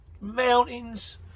mountains